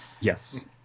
Yes